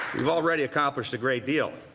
we've already accomplished a great deal,